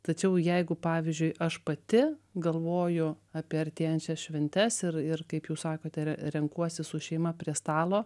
tačiau jeigu pavyzdžiui aš pati galvoju apie artėjančias šventes ir ir kaip jūs sakote re renkuosi su šeima prie stalo